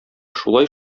шулай